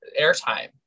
airtime